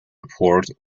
report